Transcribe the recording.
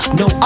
no